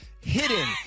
Hidden